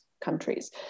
countries